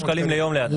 בערך 500 ₪ ליום לאדם.